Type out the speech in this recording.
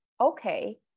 okay